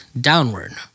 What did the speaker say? downward